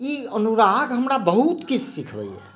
ई अनुराग हमरा बहुत किछु सिखबैया